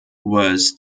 was